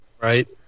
Right